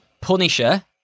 Punisher